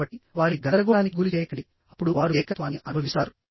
కాబట్టివారిని గందరగోళానికి గురి చేయకండిఅప్పుడు వారు ఏకత్వాన్ని అనుభవిస్తారు